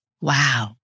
Wow